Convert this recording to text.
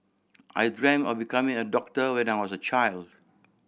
I dreamt of becoming a doctor when I was a child